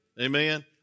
Amen